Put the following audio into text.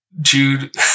Jude